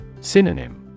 Synonym